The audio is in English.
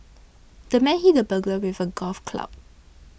the man hit the burglar with a golf club